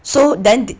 so then